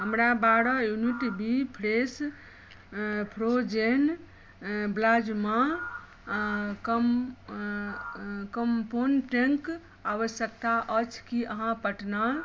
हमरा बारह unit the fresh frozen plasma कम कम्पोंटेंक आवश्यकता अछि की अहाँ पटना